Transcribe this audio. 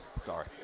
Sorry